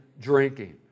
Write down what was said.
drinking